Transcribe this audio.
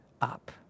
up